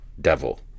devil